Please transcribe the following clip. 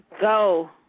Go